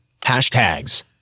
hashtags